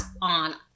on